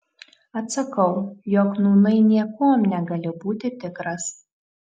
atsakau jog nūnai niekuom negali būti tikras